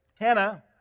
Hannah